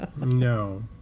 No